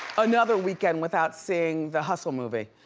another weekend without seeing the hustle movie.